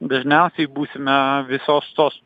dažniausiai būsime visos tos